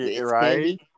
right